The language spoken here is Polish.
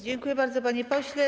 Dziękuję bardzo, panie pośle.